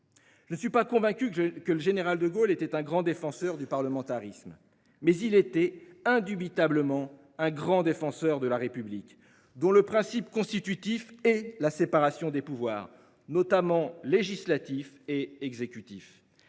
Je ne suis pas certain que le général de Gaulle ait été un grand défenseur du parlementarisme ; mais il était indubitablement un grand défenseur de la République, régime dont le principe constitutif est la séparation des pouvoirs, notamment législatif et exécutif.